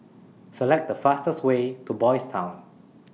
Select The fastest Way to Boys' Town